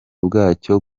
bwacyo